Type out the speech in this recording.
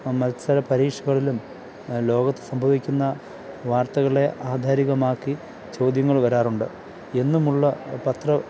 മത്സര പരീക്ഷകളിലും ലോകത്ത് സംഭവിക്കുന്ന വാര്ത്തകളെ ആധാരികമാക്കി ചോദ്യങ്ങൾ വരാറുണ്ട് എന്നും ഉള്ള പത്ര